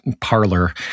parlor